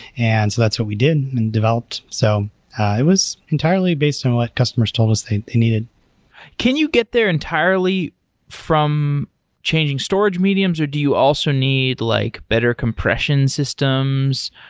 and so that's what we did and developed. so it was entirely based on what customers told us they needed can you get there entirely from changing storage mediums, or do you also need like better compression systems?